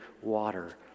water